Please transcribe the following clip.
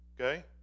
okay